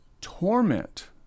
torment